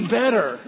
better